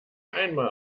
einmal